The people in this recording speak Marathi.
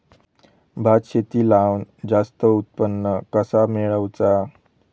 भात शेती लावण जास्त उत्पन्न कसा मेळवचा?